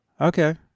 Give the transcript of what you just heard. Okay